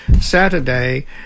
Saturday